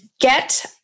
get